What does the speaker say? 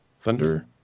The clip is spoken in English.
thunder